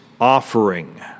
offering